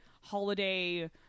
holiday